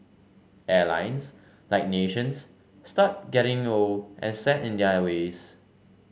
airlines like nations start getting old and set in their ways